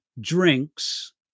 drinks